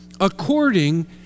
according